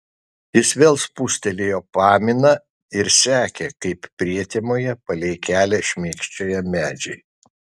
jis vėl spustelėjo paminą ir sekė kaip prietemoje palei kelią šmėkščioja medžiai